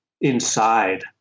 inside